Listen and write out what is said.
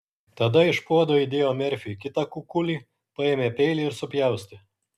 tada iš puodo įdėjo merfiui kitą kukulį paėmė peilį ir supjaustė